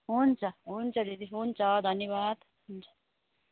हुन्छ हुन्छ दिदी हुन्छ धन्यवाद हुन्छ